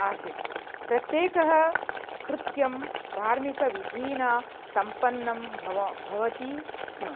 आसीत् प्रत्येकः कृत्यं धार्मिकविधिना सम्पन्नं भव भवति स्म